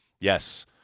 Yes